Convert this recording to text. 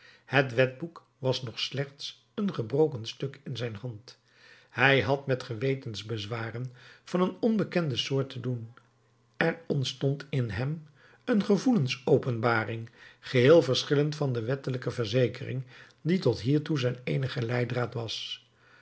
het wetboek was nog slechts een gebroken stuk in zijn hand hij had met gewetensbezwaren van een onbekende soort te doen er ontstond in hem een gevoelsopenbaring geheel verschillend van de wettelijke verzekering die tot hiertoe zijn eenige leiddraad was